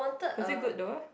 was it good though